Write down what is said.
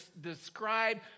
describe